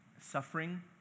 suffering